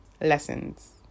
lessons